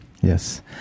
Yes